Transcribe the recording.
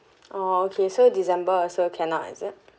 oh okay so december also cannot is it